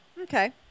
Okay